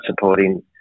supporting